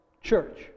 Church